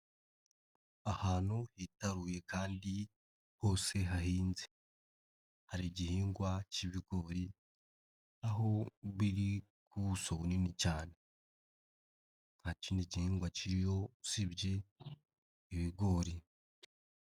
Ahantu hitaruye kandi hose hahinze, hari igihingwa cy'ibigori aho biri ku buso bunini cyane, nta kindi gihingwa kiriho usibye ibigori.